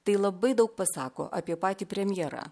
tai labai daug pasako apie patį premjerą